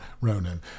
Ronan